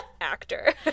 actor